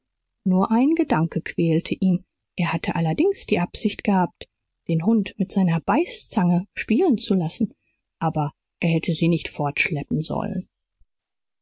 nur ein gedanke quälte ihn er hatte allerdings die absicht gehabt den hund mit seiner beißzange spielen zu lassen aber er hätte sie nicht fortschleppen sollen